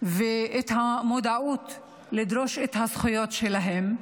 ואת המודעות לדרוש את הזכויות שלהם,